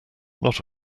not